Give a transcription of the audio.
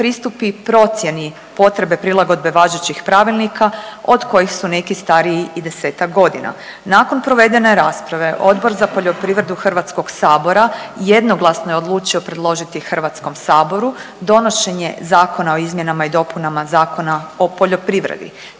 pristupi procjeni potrebe prilagodbe važećih pravilnika od kojih su neki stariji i desetak godina. Nakon provedene rasprave Odbor za poljoprivredu Hrvatskog sabora jednoglasno je odlučio predložiti Hrvatskom saboru donošenje Zakona o izmjenama i dopunama Zakona o poljoprivredi